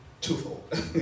twofold